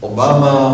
Obama